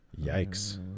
Yikes